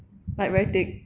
like very thick